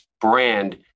brand